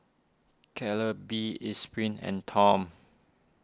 Calbee Esprit and Tom